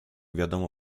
wiadomo